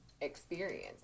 experience